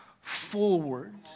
forward